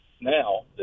now